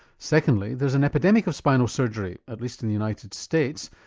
secondly there's an epidemic of spinal surgery, at least in the united states,